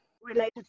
related